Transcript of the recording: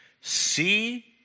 See